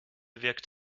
wirkt